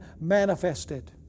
manifested